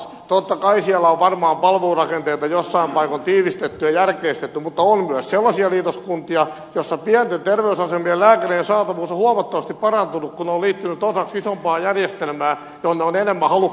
totta kai siellä on varmaan palvelurakenteita joissain paikoin tiivistetty ja järkeistetty mutta on myös sellaisia liitoskuntia joissa pienten terveysasemien lääkärien saatavuus on huomattavasti parantunut kun ne terveysasemat ovat liittyneet osaksi isompaa järjestelmää jonne on enemmän halukkuutta lääkärien tulla